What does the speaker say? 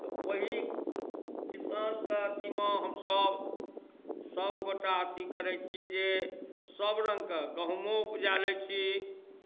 तऽ ओही किसानके अथीमे हमसभ सभगोटए अथी करैत छी जे सभरङ्गके गहुँमो उपजा लैत छी